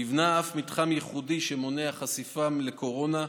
נבנה אף מתחם ייחודי שמונע חשיפה לקורונה,